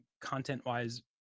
content-wise